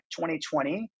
2020